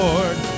Lord